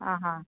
आं हां